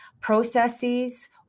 processes